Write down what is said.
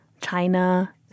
China